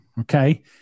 okay